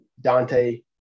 Dante